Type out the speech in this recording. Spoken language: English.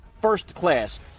FIRSTCLASS